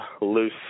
loose